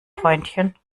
freundchen